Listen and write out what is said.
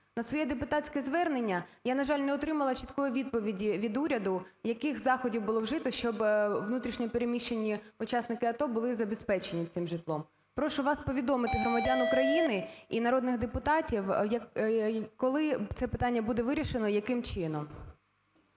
На своє депутатське звернення я, на жаль, не отримала чіткої відповіді від уряду, яких заходів було вжито, щоб внутрішньо переміщені учасники АТО були забезпечені цим житлом. Прошу вас повідомити громадян України і народних депутатів, коли це питання буде вирішено, яким чином.